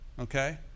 Okay